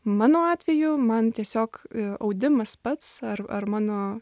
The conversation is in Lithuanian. mano atveju man tiesiog audimas pats ar ar mano